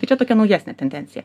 tai čia tokia naujesnė tendencija